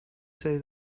say